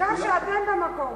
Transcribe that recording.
העיקר שאתם במקום.